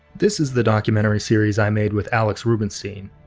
this is the documentary series i made with alex rubinstein.